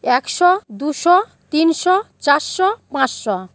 একশো দুশো তিনশো চারশো পাঁচশো